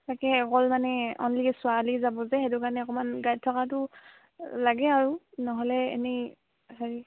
তাকেই অকল মানে অনলি ছোৱালী যাব যে সেইটো কাৰণে অকণমান গাইড থকাটো লাগে আৰু নহ'লে এনেই হেৰি